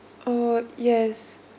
oh yes